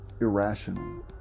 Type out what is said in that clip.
irrational